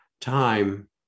time